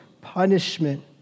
punishment